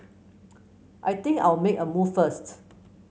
I think I'll make a move first